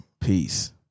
peace